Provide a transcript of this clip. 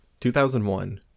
2001